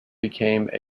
became